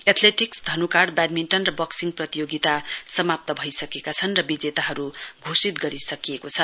athletics धनुकाँड badminton र boxing प्रतियोगिता समाप्त भइसकेका छन् र विजेताहरू घोषित गरिसकेको छ